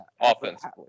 Offensively